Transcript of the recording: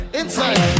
inside